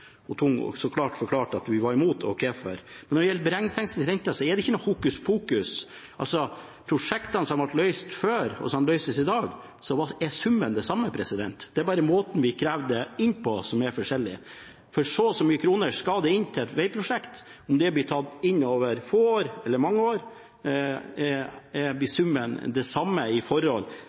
Tung så klart forklarte at vi var imot, og hvorfor. Når det gjelder beregningsteknisk rente, er ikke det noe hokuspokus. I prosjektene som ble løst før, og som løses i dag, er summen den samme. Det er bare måten vi krever det inn på, som er forskjellig. For så og så mange kroner skal inn til et veiprosjekt, og om det blir tatt inn over få år eller mange år, blir summen den samme i forhold